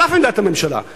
על אף עמדת הממשלה,